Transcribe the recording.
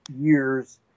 years